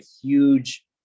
huge